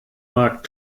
mag